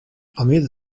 amid